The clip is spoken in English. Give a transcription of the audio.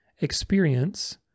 experience